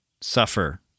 suffer